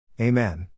Amen